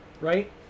right